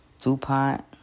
DuPont